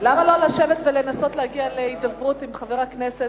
למה לא לשבת ולנסות להגיע להידברות עם חבר הכנסת,